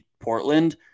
Portland